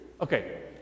Okay